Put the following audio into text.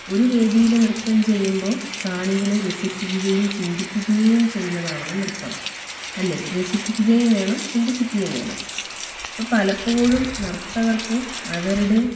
ഒരു വേദിയിൽ നൃത്തം ചെയ്യുമ്പോൾ കാണികളെ രസിപ്പിക്കുകയും ചിന്തിപ്പിക്കുകയും ചെയ്യുന്നതാവണം നൃത്തം അല്ലേ രസിപ്പിക്കുകയും വേണം ചിന്തിപ്പിക്കുകയും വേണം ഇപ്പം പലപ്പോഴും നർത്തകർക്ക് അവരുടെ